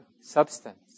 substance